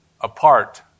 apart